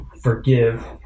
Forgive